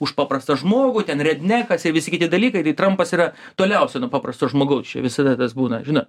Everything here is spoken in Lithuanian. už paprastą žmogų ten rednekas ir visi kiti dalykaitai trampas yra toliausiai nuo paprasto žmogaus čia visada tas būna žinot